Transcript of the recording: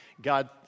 God